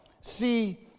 see